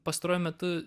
pastaruoju metu